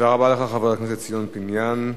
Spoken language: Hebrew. חבר הכנסת ציון פיניאן,